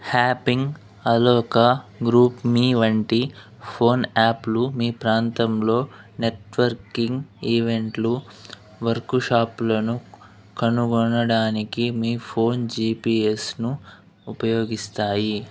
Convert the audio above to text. హ్యాపింగ్ అలోకా గ్రూప్మీ వంటి ఫోన్ యాప్లు మీ ప్రాంతంలో నెట్వర్కింగ్ ఈవెంట్లు వర్కుషాప్లను కనుగొనడానికి మీ ఫోన్ జీపీఎస్ను ఉపయోగిస్తాయి